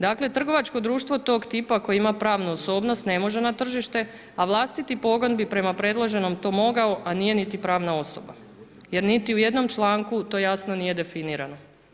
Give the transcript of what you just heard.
Dakle, trgovačko društvo tog tipa koje ima pravnu osobnost ne može na tržište a vlastiti pogon bi prema predloženom to mogao, a nije niti pravna osoba jer niti u jednom članku to jasno nije definirano.